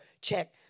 check